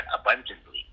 abundantly